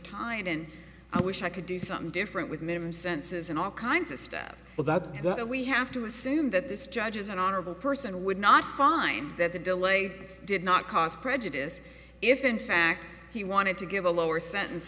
tied and i wish i could do something different with minimum senses and all kinds of stuff but that that we have to assume that this judge is an honorable person would not find that the delay did not cause prejudice if in fact he wanted to give a lower sentence